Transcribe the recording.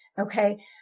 Okay